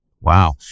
Wow